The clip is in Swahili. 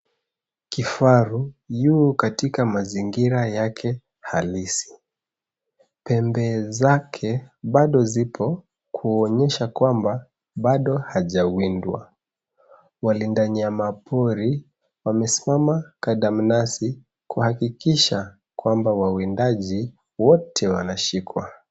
Kifaru yu katika mazingira yake halisi. Pembe zake bado zipo kuonyesha kwamba bado hajawindwa. Walinda wanyama pori wamesimama kandamnazi kuhakikisha kwamba wawindaji wote wanashikwa.